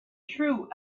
true